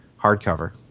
hardcover